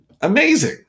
Amazing